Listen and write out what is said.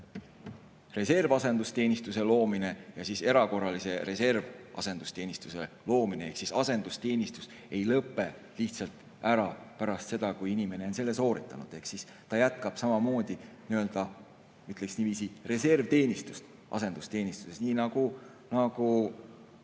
reservasendusteenistuse loomine ja erakorralise reservasendusteenistuse loomine. Ehk asendusteenistus ei lõpe lihtsalt ära pärast seda, kui inimene on selle sooritanud, vaid inimene jätkab samamoodi, ma ütleks niiviisi, reservteenistust asendusteenistuses, nii nagu